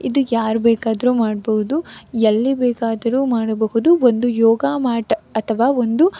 ಇದು ಯಾರು ಬೇಕಾದ್ರೂ ಮಾಡ್ಬೌದು ಎಲ್ಲಿ ಬೇಕಾದ್ರೂ ಮಾಡಬಹುದು ಒಂದು ಯೋಗ ಮ್ಯಾಟ್ ಅಥವಾ ಒಂದು